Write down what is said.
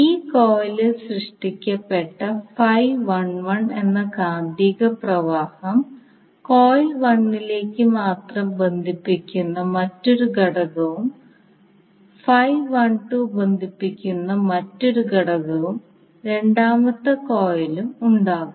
ഈ കോയിലിൽ സൃഷ്ടിക്കപ്പെട്ട എന്ന കാന്തിക പ്രവാഹം കോയിൽ 1 ലേക്ക് മാത്രം ബന്ധിപ്പിക്കുന്ന മറ്റൊരു ഘടകവും ബന്ധിപ്പിക്കുന്ന മറ്റൊരു ഘടകവും രണ്ടാമത്തെ കോയിലും ഉണ്ടാകും